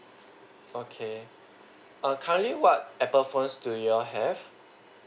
okay err currently what Apple phones do you all have